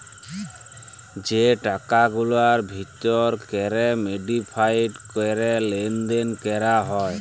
যে টাকাগুলার ভিতর ক্যরে মডিফায়েড ক্যরে লেলদেল ক্যরা হ্যয়